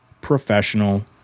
professional